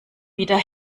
wieder